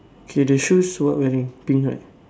okay the shoes what wearing pink right